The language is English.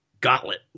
Gauntlet